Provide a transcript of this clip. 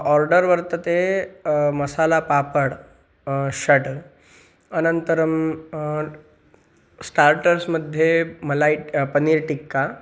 order वर्तते मसालापापड् षट् अनन्तरं स्टार्टर्स् मध्ये मलायि पन्नीर् टिक्का